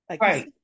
Right